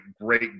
great